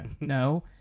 no